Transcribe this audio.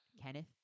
Kenneth